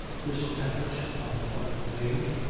this effort, on the part of mave,